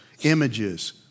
images